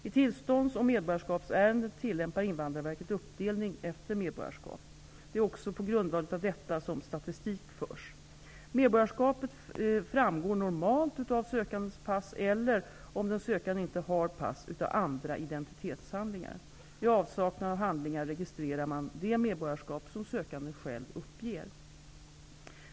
I tillstånds och medborgarskapsärenden tillämpar Det är också på grundval av detta som statistik förs. Medborgarskapet framgår normalt av sökandens pass eller om den sökande inte har pass av andra identitetshandlingar. I avsaknad av handlingar registrerar man det medborgarskap som sökanden själv uppger.